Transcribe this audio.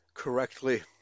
correctly